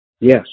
Yes